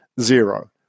zero